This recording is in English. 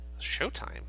Showtime